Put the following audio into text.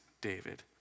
David